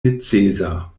necesa